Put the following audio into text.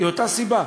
היא אותה סיבה.